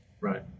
right